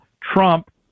Trump